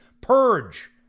Purge